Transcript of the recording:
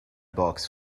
box